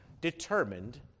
determined